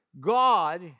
God